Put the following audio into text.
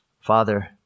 Father